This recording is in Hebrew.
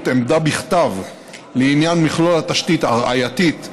עמדה בכתב לעניין מכלול התשתית הראייתית),